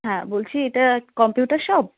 হ্যাঁ বলছি এটা কম্পিউটার শপ